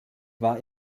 war